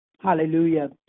Hallelujah